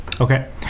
Okay